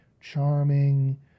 charming